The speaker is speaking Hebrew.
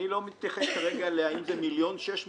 אני לא מתייחס כרגע להאם זה 1.6 מיליון,